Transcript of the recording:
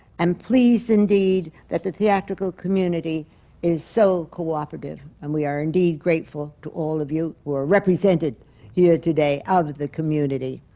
and pleased indeed that the theatrical community is so cooperative, and we are indeed grateful to all of you who are represented here today of the community.